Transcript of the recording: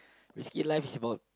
we see life is about